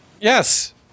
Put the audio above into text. Yes